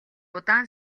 удаан